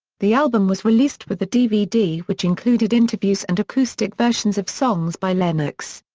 the album was released with a dvd which included interviews and acoustic versions of songs by lennox.